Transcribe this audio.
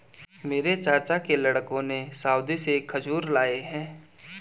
मेरे चाचा के लड़कों ने सऊदी से खजूर लाए हैं